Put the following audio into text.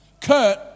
Kurt